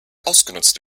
ausgenutzt